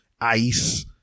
ice